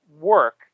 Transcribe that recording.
work